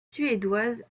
suédoise